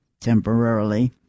temporarily